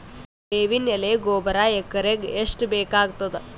ಬೇವಿನ ಎಲೆ ಗೊಬರಾ ಎಕರೆಗ್ ಎಷ್ಟು ಬೇಕಗತಾದ?